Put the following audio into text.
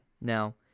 Now